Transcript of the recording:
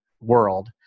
world